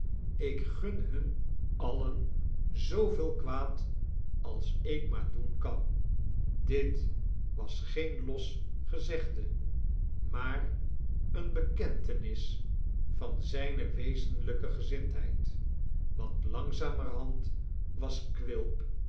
ik gun hun alien zooveel kwaad als ik maar doen kan dit was geen los gezegde maar eene bekentenis van zijne wezenlijke gezindheid want langzamerhand was quilp